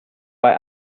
bei